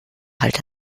halt